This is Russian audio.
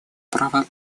права